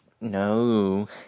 no